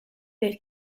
del